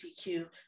LGBTQ